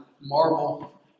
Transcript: marble